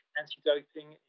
anti-doping